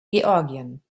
georgien